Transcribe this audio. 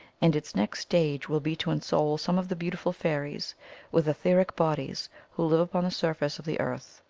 and its next stage will be to ensoul some of the beautiful fairies with etheric bodies who live upon the surface of the earth.